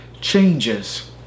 changes